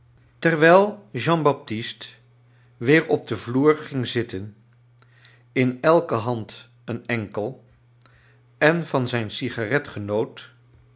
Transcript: terwijl jean baptist weer op den vloer ging zittem in elke hand een enkel en van zijn sigaret genoot